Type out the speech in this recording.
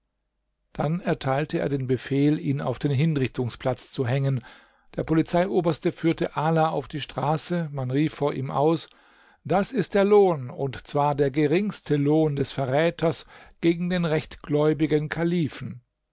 dann erteilte er den befehl ihn auf dem hinrichtungsplatz zu hängen der polizeioberste führte ala auf die straße man rief vor ihm aus das ist der lohn und zwar der geringste lohn des verräters gegen den rechtgläubigen kalifen